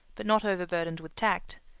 but not overburdened with tact,